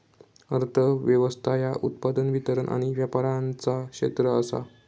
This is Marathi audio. अर्थ व्यवस्था ह्या उत्पादन, वितरण आणि व्यापाराचा क्षेत्र आसा